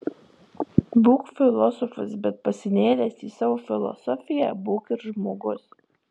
būk filosofas bet pasinėręs į savo filosofiją būk ir žmogus